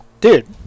dude